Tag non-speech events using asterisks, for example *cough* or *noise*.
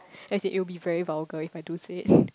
*breath* as in it will be very vulgar if I do say it *breath*